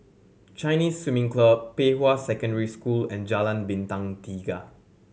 Chinese Swimming Club Pei Hwa Secondary School and Jalan Bintang Tiga